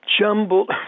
jumbled